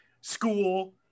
school